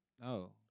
No